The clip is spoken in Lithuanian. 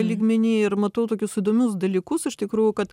lygmeny ir matau tokius įdomius dalykus iš tikrųjų kad